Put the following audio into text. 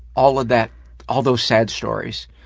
all of that all those sad stories?